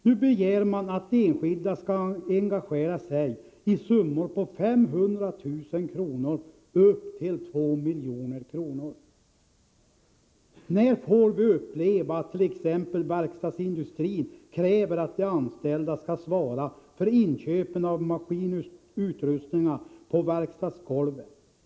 Nu begär man att enskilda ska engagera sig i summor på 500 000 kronor upp till 2 miljoner kronor. - När får vi uppleva att t.ex. verkstadsindustrin kräver att de anställda ska svara för inköpen av maskinutrustningarna på verkstadsgolven?